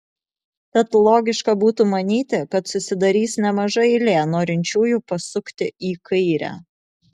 tad logiška būtų manyti kad susidarys nemaža eilė norinčiųjų pasukti į kairę